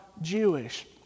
Jewish